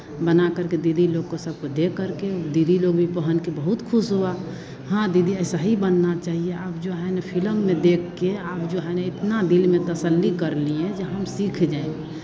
बनाकर के दीदी लोग को सबको दे करके दीदी लोग भी पहन के बहुत खुश हुआ हाँ दीदी ऐसा ही बनना चाहिए आप जो है ना फिलम में देख के आप जो है ना इतना दिल में तस्सली कर लिए जो हम सीख जाएं